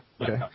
okay